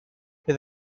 bydd